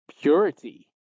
purity